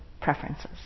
preferences